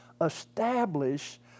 establish